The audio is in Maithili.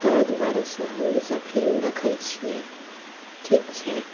ताहि दुआरेसँ हम ईसभ फिल्म देखैत छियै ठीक छै